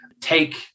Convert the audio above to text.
take